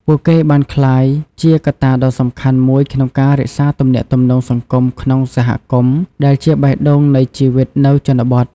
ពួកគេបានក្លាយជាកត្តាដ៏សំខាន់មួយក្នុងការរក្សាទំនាក់ទំនងសង្គមក្នុងសហគមន៍ដែលជាបេះដូងនៃជីវិតនៅជនបទ។